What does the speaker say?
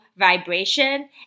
vibration